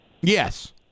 Yes